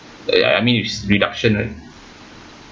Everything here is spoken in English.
ya ya I mean is reduction